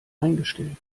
eingestellt